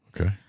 Okay